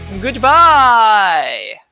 Goodbye